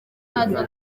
aza